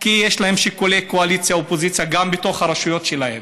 כי יש להם שיקולי קואליציה אופוזיציה גם בתוך הרשויות שלהם,